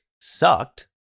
sucked